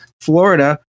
Florida